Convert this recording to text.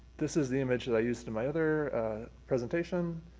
this is the image that i used in my other presentation.